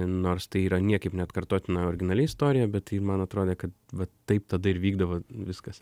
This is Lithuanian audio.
nors tai yra niekaip neatkartotina originali istorija bet tai man atrodė kad vat taip tada ir vykdavo viskas